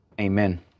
Amen